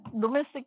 domestic